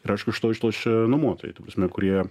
ir aišku iš to išlošia nuomotojai ta prasme kurie